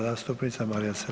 zastupnica Marija